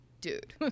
Dude